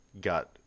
got